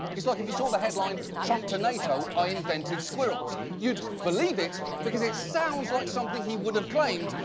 it's like if you saw the headline trump to nato i invented squirrels. you'd believe it because it sounds like something he would've claimed,